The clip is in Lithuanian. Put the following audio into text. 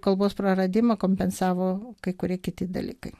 kalbos praradimą kompensavo kai kurie kiti dalykai